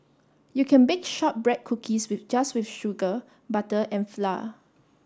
you can bake shortbread cookies with just with sugar butter and flour